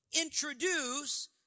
introduce